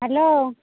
hello